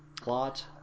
plot